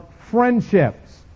friendships